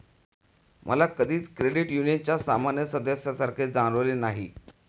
मला कधीच क्रेडिट युनियनच्या सामान्य सदस्यासारखे जाणवले नाही